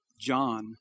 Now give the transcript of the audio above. John